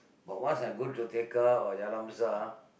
but once I go to tekka or Jalan-Besar ah